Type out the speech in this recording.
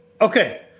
Okay